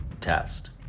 test